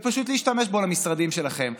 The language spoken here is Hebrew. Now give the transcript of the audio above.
ופשוט להשתמש בו למשרדים שלכם.